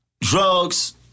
Drugs